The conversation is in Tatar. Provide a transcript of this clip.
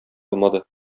алмады